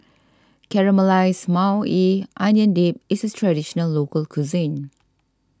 Caramelized Maui Onion Dip is a Traditional Local Cuisine